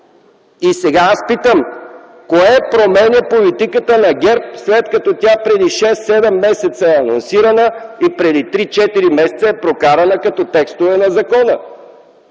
И сега аз питам: кое променя политиката на ГЕРБ, след като тя преди 6 7 месеца е анонсирана, а преди 3-4 месеца е прокарана като текстове на закона?!